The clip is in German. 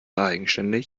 eigenständig